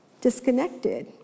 disconnected